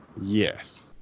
Yes